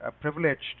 privileged